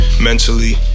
Mentally